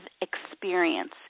experience